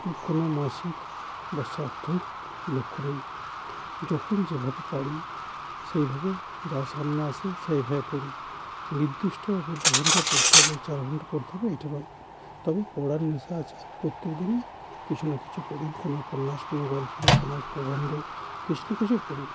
কোনো মাসিক বা সাপ্তাহিক লক্ষ্য নেই যখন যেভাবে পারি সেইভাবে যা সামনে আসে সেইভাবে পড়ি নির্দিষ্টভাবে দু ঘন্টা পড়তে হবে চার ঘন্টা পড়তে হবে এটা নয় তবে পড়ার নেশা আছে প্রত্যেক দিনই কিছু না কিছু পড়ি কোনো উপন্যাস কোনো গল্প কোনো প্রবন্ধ কিছু না কিছু পড়ি